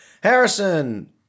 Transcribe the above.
Harrison